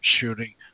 shooting